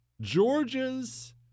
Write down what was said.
Georgia's